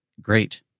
Great